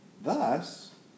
Thus